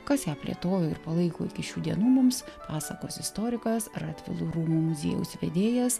kas ją plėtojo ir palaiko iki šių dienų mums pasakos istorikas radvilų rūmų muziejaus vedėjas